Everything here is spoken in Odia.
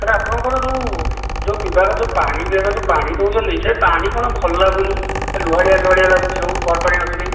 ସାର୍ ଆପଣଙ୍କର ଯେଉଁ ଯେଉଁ ବିଭାଗର ଯେଉଁ ପାଣି ବିଭାଗରୁ ଯେଉଁ ପାଣି ଦେଉଛନ୍ତି ସେ ପାଣି କ'ଣ ଭଲ ଲାଗୁନି ଖାଲି ଲୁହାଳିଆ ଲୁହାଳିଆ ଲାଗୁଛି ସବୁ ଭଲପାଣି ଆସୁନି